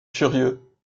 curieux